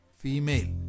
female